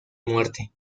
muerte